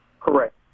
Correct